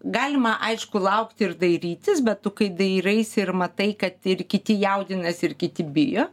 galima aišku laukti ir dairytis bet tu kai dairaisi ir matai kad ir kiti jaudinasi ir kiti bijo